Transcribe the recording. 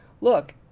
look